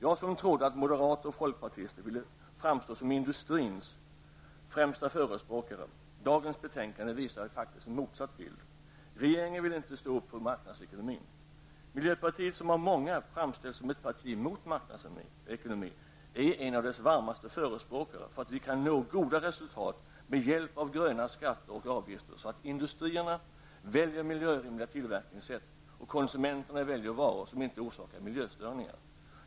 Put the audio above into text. Jag som trodde att moderater och folkpartister ville framstå som industrins främsta förespråkare! Dagens betänkande visar faktiskt en motsatt bild. Regeringen vill inte stå upp för marknadsekonomin. Miljöpartiet, som av många framställs som ett parti mot marknadsekonomi, är en av dess varmaste förespråkare. Vi kan nå goda resultat med hjälp av gröna skatter och avgifter så att industrierna väljer miljörimliga tillverkningssätt och konsumenterna väljer varor som inte orsakar miljöförstöringar.